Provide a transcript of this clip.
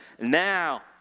now